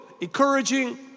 encouraging